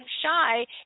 shy